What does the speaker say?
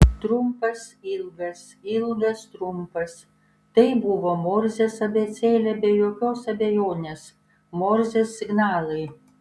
trumpas ilgas ilgas trumpas tai buvo morzės abėcėlė be jokios abejonės morzės signalai